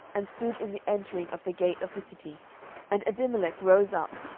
and stood in the entering of the gate of the city and abimelech rose up,